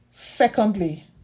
Secondly